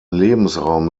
lebensraum